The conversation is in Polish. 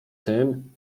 tym